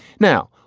now,